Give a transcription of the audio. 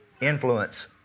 influence